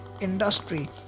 industry